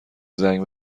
زنگ